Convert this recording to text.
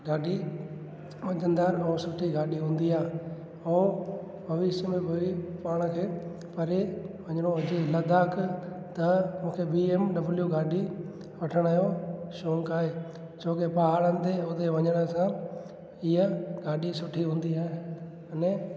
ॾाढी वज़नदारु ऐं सुठी गाॾी हूंदी आहे ऐं भविष्य में बि पाण खे परे वञिणो हुजे लद्दाख़ त मूंखे बी एम डब्ल्यू गाॾी वठण जो शौक़ु आहे छोकी पहाड़नि ते उते वञण सां इहा गाॾी सुठी हूंदी आहे अने